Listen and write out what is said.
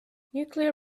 nuclear